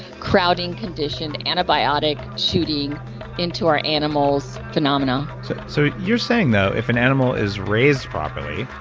crowding, conditioned antibiotic shooting into our animals phenomena so you're saying though if an animal is raised properly,